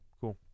cool